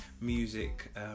music